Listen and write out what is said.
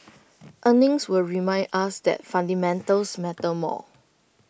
earnings will remind us that fundamentals matter more